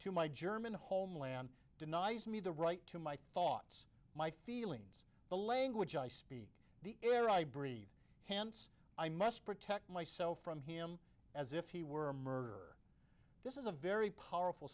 to my german homeland denies me the right to my thoughts my feelings the language i speak the air i breathe hence i must protect myself from him as if he were a murderer this is a very powerful